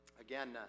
Again